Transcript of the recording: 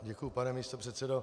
Děkuji, pane místopředsedo.